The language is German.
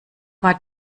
war